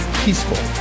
peaceful